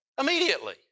immediately